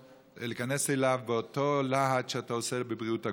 אליו באותו להט שאתה עוסק בבריאות הגוף,